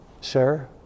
sir